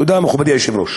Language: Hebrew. תודה, מכובדי היושב-ראש.